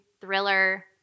thriller